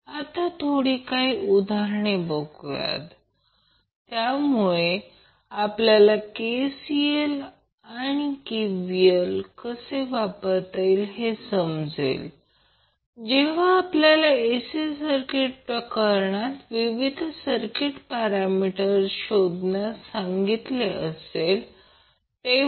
आता काही थोडी उदाहरणे बघूया त्यामुळे आपल्याला KCL आणि KVL कसे वापरता येईल हे समजेल जेव्हा आपल्याला AC सर्किट प्रकरणात विविध सर्किट पॅरामीटर शोधण्यास सांगितले असेल